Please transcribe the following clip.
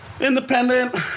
Independent